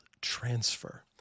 transfer